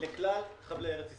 לכלל חבלי ארץ ישראל?